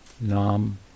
nam